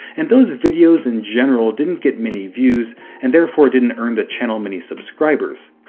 and those videos in general didn't get many views and therefore didn't earn the channel many subscribers.